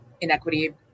inequity